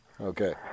Okay